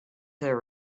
their